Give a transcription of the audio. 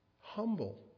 Humble